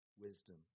wisdom